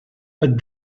but